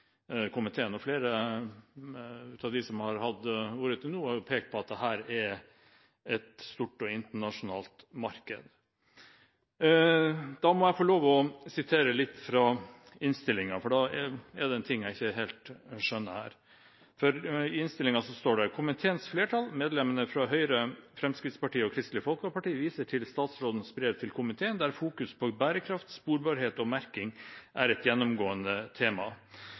komiteen, og flere av de som har hatt ordet til nå, har pekt på at dette er et stort og internasjonalt marked. Jeg må lov til å sitere litt fra innstillingen, for det er en ting jeg ikke helt skjønner: «Komiteens flertall, medlemmene fra Høyre, Fremskrittspartiet og Kristelig Folkeparti viser til statsrådens brev til komiteen der fokuset på bærekraft, sporbarhet og merking er et gjennomgående tema.